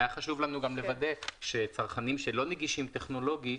היה חשוב לנו לוודא שצרכנים שלא נגישים טכנולוגית